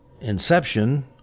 inception